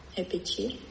repetir